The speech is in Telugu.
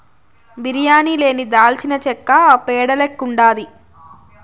బిర్యానీ లేని దాల్చినచెక్క పేడ లెక్కుండాది